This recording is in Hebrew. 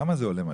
כמה זה עולה?